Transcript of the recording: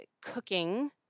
cooking